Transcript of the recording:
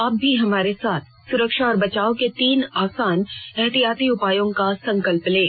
आप भी हमारे साथ सुरक्षा और बचाव के तीन आसान एहतियाती उपायों का संकल्प लें